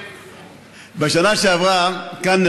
בשנה שעברה (אומר דברים בשפה הערבית,